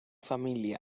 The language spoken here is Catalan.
família